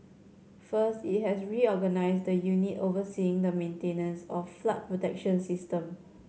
first it has reorganised the unit overseeing the maintenance of the flood protection system